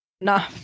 No